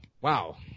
wow